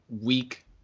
week